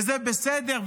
וזה בסדר,